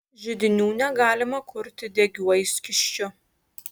židinių negalima kurti degiuoju skysčiu